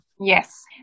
Yes